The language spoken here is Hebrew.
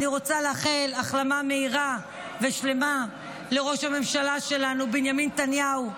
אני רוצה לאחל החלמה מהירה ושלמה לראש הממשלה שלנו בנימין נתניהו,